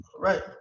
Right